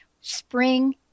spring